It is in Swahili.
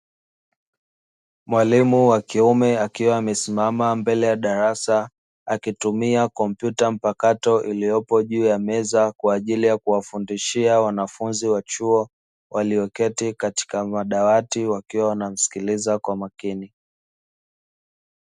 Mwalimu wa kiume akiwa amesimama mbele ya darasa, akitumia kompyuta mpakato iliyopo juu ya meza, kwa ajili ya kuwafundisha wanafunzi wa chuo walioketi katika madawati wakiwa wanamsikiliza kwa makini.